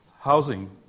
housing